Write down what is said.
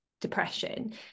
depression